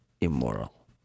immoral